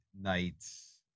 nights